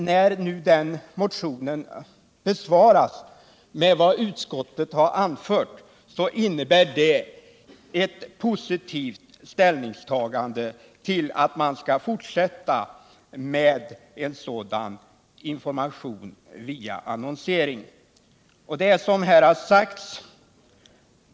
När motionen nu besvaras med vad utskottet anfört så innebär det ett positivt ställningstagande till att man fortsätter med sådan information genom annonsering.